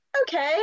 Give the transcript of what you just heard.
okay